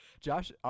josh